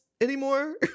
anymore